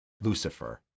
Lucifer